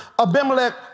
Abimelech